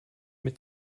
mit